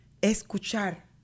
Escuchar